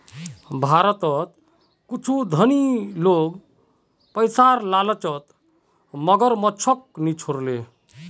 भारतत कुछू धनी लोग पैसार लालचत मगरमच्छको नि छोड ले